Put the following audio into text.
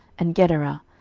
and gederah,